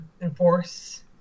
enforce